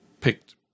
picked